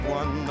one